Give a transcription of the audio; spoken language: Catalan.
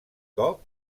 cop